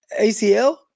ACL